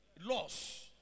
laws